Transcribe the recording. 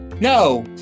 No